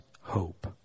hope